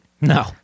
no